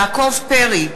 אינו נוכח יעקב פרי,